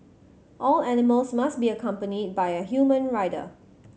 all animals must be accompanied by a human rider